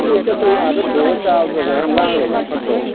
ꯀꯣꯏ ꯆꯠꯄ ꯍꯥꯏꯁꯤ ꯑꯥꯗ ꯊꯣꯡꯉ ꯆꯥꯕꯗꯨꯅ ꯉꯥꯏꯍꯥꯛ ꯂꯥꯡꯅ ꯂꯩꯕꯗꯨꯅ ꯐꯠꯇ꯭ꯔꯣ